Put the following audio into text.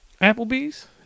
applebee's